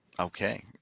Okay